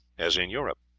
as in europe.